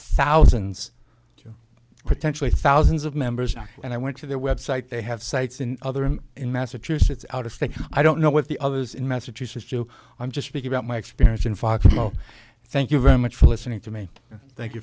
thousands potentially thousands of members and i went to their website they have sites in other and in massachusetts out of state i don't know what the others in massachusetts joe i'm just speaking about my experience in fact thank you very much for listening to me thank you